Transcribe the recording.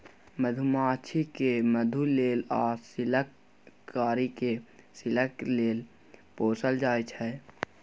मधुमाछी केँ मधु लेल आ सिल्कक कीरा केँ सिल्क लेल पोसल जाइ छै